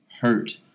hurt